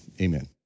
amen